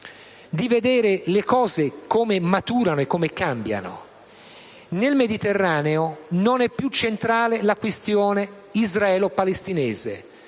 di valutare come maturano e come cambiano le cose. Nel Mediterraneo non è più centrale la questione israelo-palestinese;